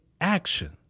action